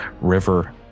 river